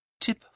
Tip